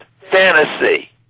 Fantasy